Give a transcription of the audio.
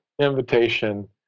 invitation